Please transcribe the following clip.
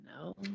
No